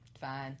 Fine